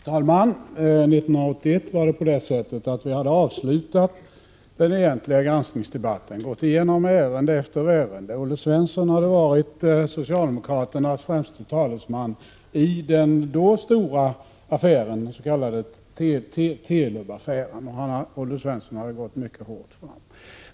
Fru talman! År 1981 var det på det sättet att vi hade avslutat den egentliga granskningsdebatten och gått igenom ärende efter ärende. Olle Svensson hade varit socialdemokraternas främste talesman i den då stora affären, den s.k. Telubaffären, och han hade gått mycket hårt fram.